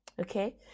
okay